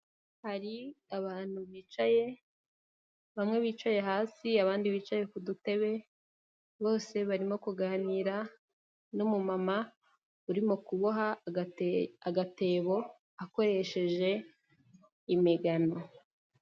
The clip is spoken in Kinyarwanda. Hari abantu bicaye, bamwe bicaye hasi, abandi bicaye ku dutebe, bose barimo kuganira n'umumama urimo kuboha agatebo akoresheje imigano.